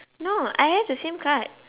no I have the same card